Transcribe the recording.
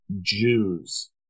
Jews